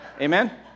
Amen